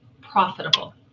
profitable